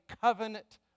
covenant